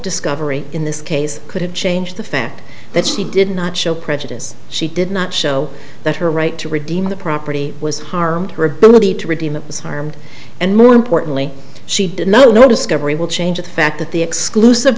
discovery in this case could have changed the fact that she did not show prejudice she did not show that her right to redeem the property was harmed her ability to redeem it was harmed and more importantly she did not know discovery will change the fact that the exclusive